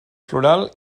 floral